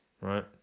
right